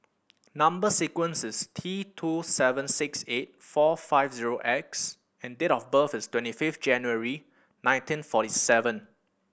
number sequence is T two seven six eight four five zero X and date of birth is twenty fifth January nineteen forty seven